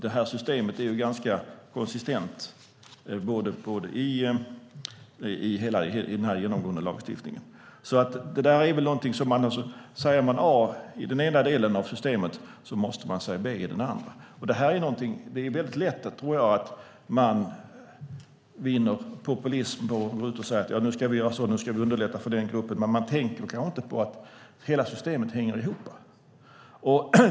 Det här systemet är ganska konsistent i hela den här lagstiftningen. Säger man A i den ena delen av systemet måste man säga B i den andra. Det är väldigt lätt, tror jag, att man vinner poäng ute i samhället på att gå ut och säga att man ska underlätta för den ena eller andra gruppen. Men man tänker kanske inte på att hela systemet hänger ihop.